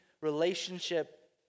relationship